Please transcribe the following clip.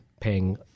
paying